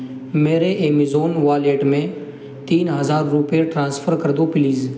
میرے Amazon wallet میں تین ہزار روپئے ٹرانسفر کر دو پلیز